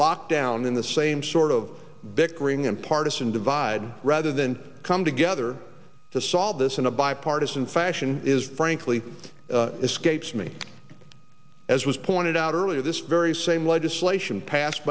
locked down in the same sort of bickering and partisan divide rather than come together to solve this in a bipartisan fashion is frankly escapes me as was pointed out earlier this very same legislation passed